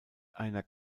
einer